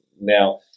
Now